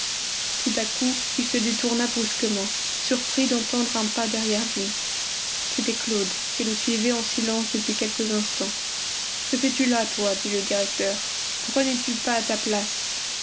tout à coup il se détourna brusquement surpris d'entendre un pas derrière lui c'était claude qui le suivait en silence depuis quelques instants que fais-tu là toi dit le directeur pourquoi n'es-tu pas à ta place